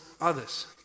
others